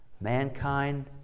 mankind